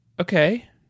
Okay